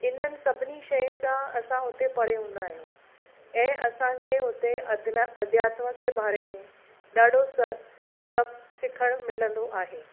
इन्हनि सभिनी शयुनि खां असां हुते परे हूंदा आहियूं ऐं असांखे अधु में अध्यात्म के बारे में ॾाढो सि सभु सिखणु मिलंदो आहे